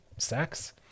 Sex